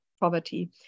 poverty